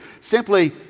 simply